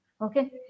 okay